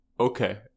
Okay